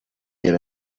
get